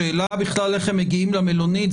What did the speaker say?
השאלה בכלל איך הם מגיעים למלונית,